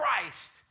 Christ